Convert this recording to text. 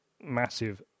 massive